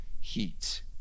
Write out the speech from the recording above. heat